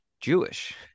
Jewish